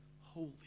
holy